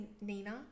Nina